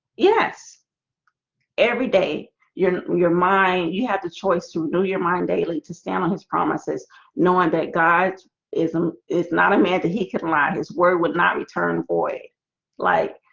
yes every day your your mind you had the choice to new your mind daily to stand on his promises knowing that god isn't it's not a man that he could allow his word would not return void like